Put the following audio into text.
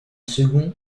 second